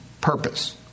purpose